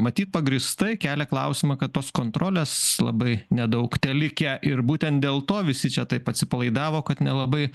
matyt pagrįstai kelia klausimą kad tos kontrolės labai nedaug telikę ir būtent dėl to visi čia taip atsipalaidavo kad nelabai